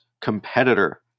competitor